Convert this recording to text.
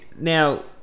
Now